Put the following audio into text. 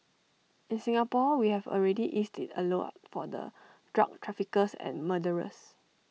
in Singapore we have already eased IT A lot for the drug traffickers and murderers